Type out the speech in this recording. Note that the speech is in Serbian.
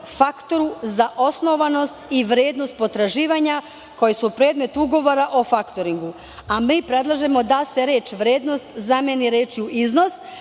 faktoru za osnovanost i vrednost potraživanja koje su predmet ugovora o faktoringu". Mi predlažemo da se reč: "vrednost" zameni rečju: "iznos",